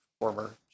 former